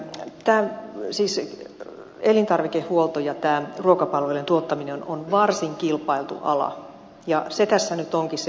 tää sissien elintarvikehuolto tämä ruokapalvelujen tuottaminen on varsin kilpailtu ala ja se tässä nyt onkin se ongelma